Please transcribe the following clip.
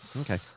Okay